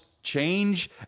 change